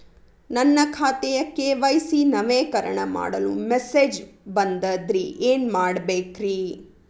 ನನ್ನ ಖಾತೆಯ ಕೆ.ವೈ.ಸಿ ನವೇಕರಣ ಮಾಡಲು ಮೆಸೇಜ್ ಬಂದದ್ರಿ ಏನ್ ಮಾಡ್ಬೇಕ್ರಿ?